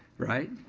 right?